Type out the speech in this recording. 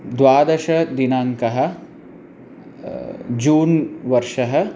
द्वादशदिनाङ्कः जून् वर्षः